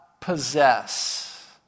possess